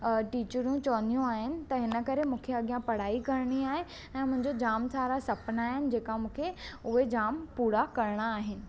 टीचरूं चवंदियूं आहिनि त हिन करे मूंखे अॻियां पढ़ाई करिणी आहे ऐं मुंहिंजा जामु सारा सपना आहिनि जेका मूंखे उहे जामु पूरा करिणा आहिनि